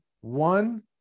one